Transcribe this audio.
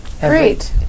Great